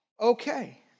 okay